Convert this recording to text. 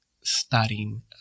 studying